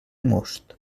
most